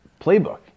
playbook